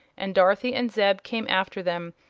and dorothy and zeb came after them,